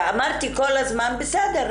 ואמרתי כל הזמן: בסדר,